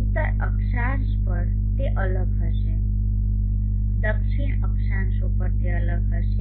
ઉત્તર અક્ષાંશ પર તે અલગ હશે દક્ષિણ અક્ષાંશો પર તે અલગ હશે